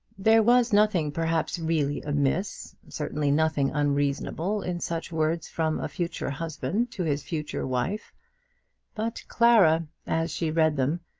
there was nothing perhaps really amiss, certainly nothing unreasonable, in such words from a future husband to his future wife but clara, as she read them,